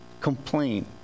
complain